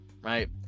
right